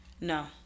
No